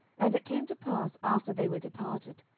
and it came to pass, after they were departed,